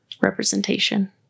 representation